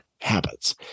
habits